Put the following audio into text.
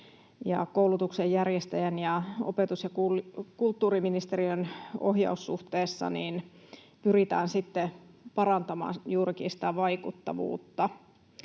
koulutuksen järjestäjän ja opetus- ja kulttuuriministeriön ohjaussuhteessa pyritään sitten parantamaan